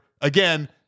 Again